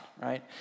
right